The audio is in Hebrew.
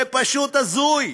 זה פשוט הזוי,